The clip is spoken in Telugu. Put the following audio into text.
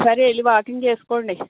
సరే వెళ్ళి వాకింగ్ చేసుకోండి